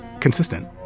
consistent